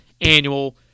annual